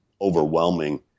overwhelming